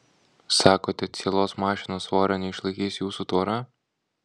sakote cielos mašinos svorio neišlaikys jūsų tvora